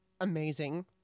amazing